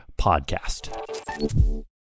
podcast